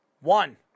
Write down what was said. One